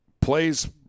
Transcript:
plays